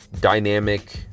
dynamic